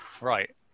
right